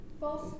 False